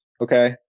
Okay